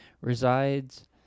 resides